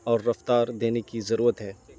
اور رفتار دینے کی ضرورت ہے